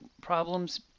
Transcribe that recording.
problems